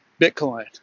Bitcoin